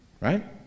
right